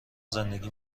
زندگی